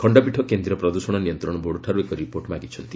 ଖଶ୍ଚପୀଠ କେନ୍ଦ୍ରୀୟ ପ୍ରଦୂଷଣ ନିୟନ୍ତ୍ରଣ ବୋର୍ଡଠାରୁ ଏକ ରିପୋର୍ଟ ମାଗିଛନ୍ତି